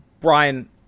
Brian